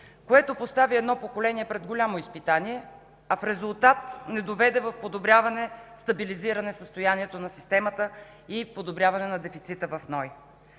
което постави едно поколение пред голямо изпитание, а в резултат не доведе до подобряване, стабилизиране състоянието на системата и подобряване на дефицита в НОИ.